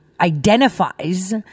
identifies